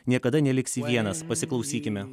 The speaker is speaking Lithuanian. niekada neliksi vienas pasiklausykime